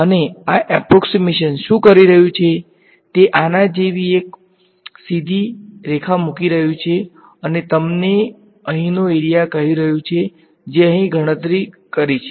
અને આ એપ્રોક્ષીમેશન શું કરી રહ્યું છે તે આના જેવી એક સીધી રેખા મૂકી રહ્યું છે અને તમને અહીંનો એરીયા કહી રહ્યો છે જે અહીં ગણતરી કરી છે